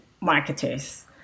marketers